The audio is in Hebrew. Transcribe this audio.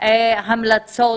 המלצות